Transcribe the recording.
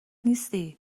نیستی